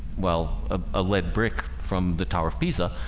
well a lead brick from the tower of pisa